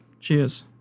Cheers